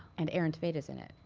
and aaron taveda's in it.